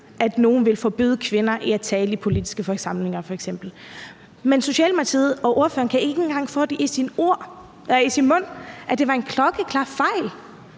at nogle ville forbyde kvinder at tale i politiske for samlinger f.eks. Men Socialdemokratiet og ordføreren kan ikke engang tage de ord i sin mund og sige, at det var en klokkeklar fejl